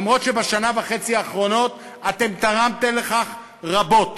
אף שבשנה וחצי האחרונות אתם תרמתם לכך רבות.